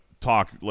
talk